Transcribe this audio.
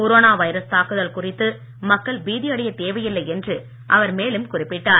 corona virus தாக்குதல் குறித்து மக்கள் பீதி அடையத் தேவையில்லை என்று அவர் மேலும் குறிப்பிட்டார்